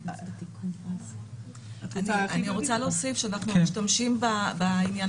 אני רוצה להוסיף שאנחנו משתמשים בעניין